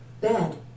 Bed